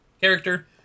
character